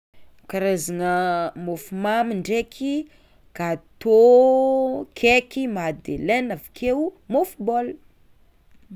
Karazagna môfomamy ndraiky: gateau, cake, madeleine avekeo môfo baolina.